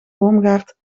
boomgaard